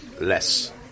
less